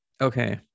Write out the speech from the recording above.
okay